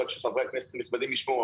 רק שחברי הכנסת הנכבדים ישמעו,